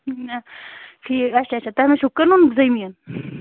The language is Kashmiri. ٹھیٖک اَچھا اَچھا تۄہہِ ما چھُو کٕنُن زمیٖن